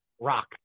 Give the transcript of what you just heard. rock